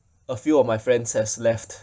a few of my friends has left